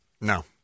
no